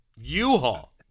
U-Haul